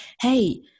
hey